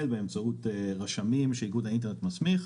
באמצעות רשמים שאיגוד האינטרנט מסמיך,